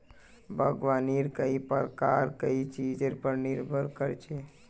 बागवानीर कई प्रकार कई चीजेर पर निर्भर कर छे